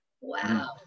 Wow